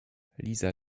liza